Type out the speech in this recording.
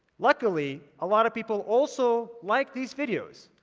luckily, a lot of people also like these videos,